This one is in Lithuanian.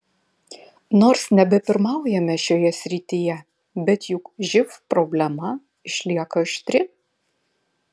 nors nebepirmaujame šioje srityje bet juk živ problema išlieka aštri